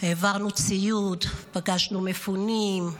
העברנו ציוד, פגשנו מפונים,